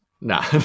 Nah